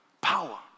Power